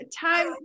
time